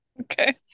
Okay